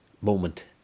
moment